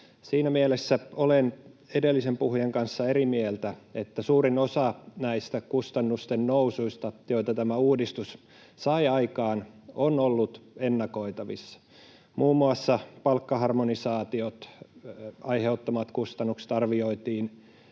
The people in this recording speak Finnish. Siinä mielessä olen edellisen puhujan kanssa eri mieltä, että suurin osa näistä kustannusten nousuista, joita tämä uudistus sai aikaan, on ollut ennakoitavissa. Muun muassa palkkaharmonisaation aiheuttamat kustannukset arvioitiin